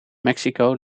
mexico